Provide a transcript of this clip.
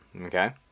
Okay